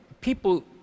people